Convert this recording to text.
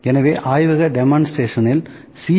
எனவே ஆய்வக டெமோன்ஸ்ட்ரேஷனில் C